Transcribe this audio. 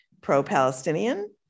pro-Palestinian